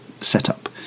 setup